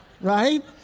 right